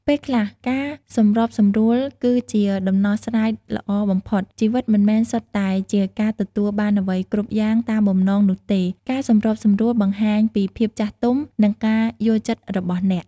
ពេលខ្លះ ការសម្របសម្រួលគឺជាដំណោះស្រាយល្អបំផុត ជីវិតមិនមែនសុទ្ធតែជាការទទួលបានអ្វីគ្រប់យ៉ាងតាមបំណងនោះទេ ការសម្របសម្រួលបង្ហាញពីភាពចាស់ទុំ និងការយល់ចិត្តរបស់អ្នក។